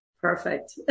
Perfect